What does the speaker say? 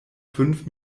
fünf